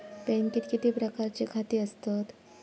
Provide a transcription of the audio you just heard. बँकेत किती प्रकारची खाती आसतात?